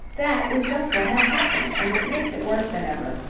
that is just what has happened, and it makes it worse than ever.